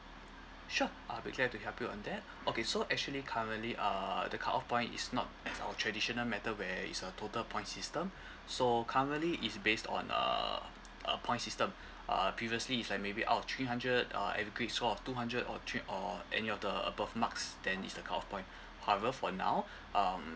sure I'll be glad to help you on that okay so actually currently uh the cut off point is not as our traditional matter whether it's a total points system so currently is based on uh a point system uh previously is like maybe out of three hundred uh every grade score of two hundred or three or any of the above marks then is the cut off point however for now um